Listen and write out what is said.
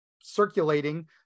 circulating